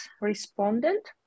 respondent